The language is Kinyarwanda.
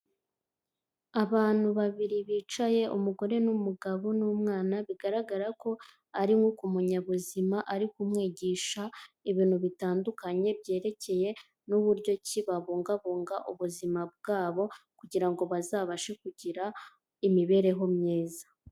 Abantu babiri bicaye umugore n'umugabo n'umwana, bigaragara ko ari nko ku munyabuzima, ari kumwigisha ibintu bitandukanye byerekeye n'uburyo ki babungabunga ubuzima bwabo, kugira ngo bazabashe kugira imibereho myiza.